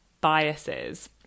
biases